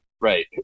right